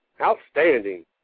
Outstanding